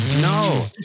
No